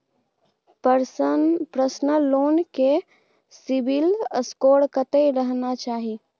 Personal loan ले CIBIL score कत्ते रहना चाही?